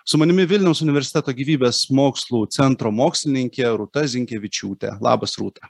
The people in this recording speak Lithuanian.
su manimi vilniaus universiteto gyvybės mokslų centro mokslininkė rūta zinkevičiūtė labas rūta